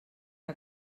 que